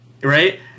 right